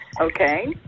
Okay